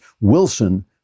Wilson